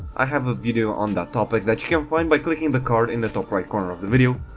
i have a video on that topic that you can find by clicking the card in the top right corner of the video.